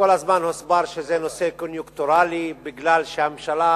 וכל הזמן הוסבר שזה נושא קוניונקטורלי, כי הממשלה